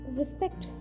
respect